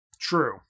True